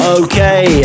okay